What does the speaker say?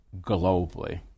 globally